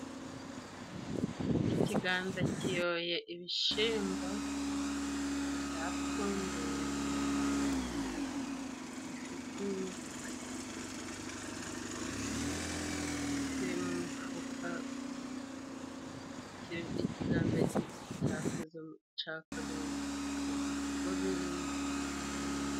Ikiganza kiyoye ibishimbo byapfunduye bifite imitwe, kiri mu mufuka, ikiganza cakoze mu mufuka go birimo.